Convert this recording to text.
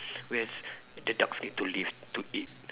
where's the dog need to live to eat